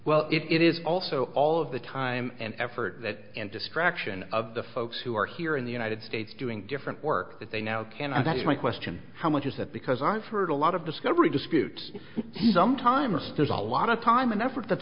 well it is also all of the time and effort that distraction of the folks who are here in the united states doing different work that they now can i that's my question how much is that because i've heard a lot of discovery disputes sometime or steers a lot of time and effort that's